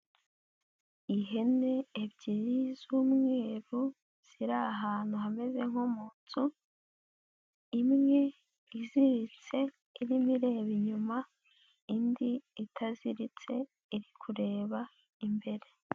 Ihene ebyiri z'umweru ziri ahantu hameze nko mu nzu, imwe iziritse irimo ireba inyuma, indi itaziritse iri kureba imbere.